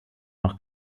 noch